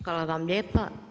Hvala vam lijepa.